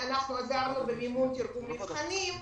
אנחנו עזרנו במימון תרגום מבחנים,